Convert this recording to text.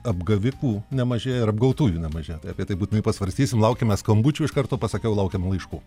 apgavikų nemažėja ir apgautųjų nemažėja tai apie tai būtinai pasvarstysim laukiame skambučių iš karto pasakiau laukiam laiškų